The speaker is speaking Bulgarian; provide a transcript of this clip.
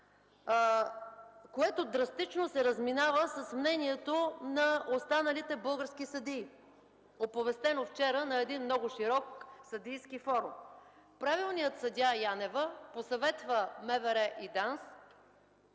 което драстично се разминава с мнението на останалите български съдии, оповестено вчера на един много широк съдийски форум. Правилният съдия Янева посъветва МВР и ДАНС